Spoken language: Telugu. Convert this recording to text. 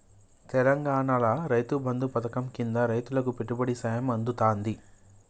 తెలంగాణాల రైతు బంధు పథకం కింద రైతులకు పెట్టుబడి సాయం అందుతాంది